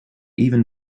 even